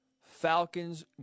Falcons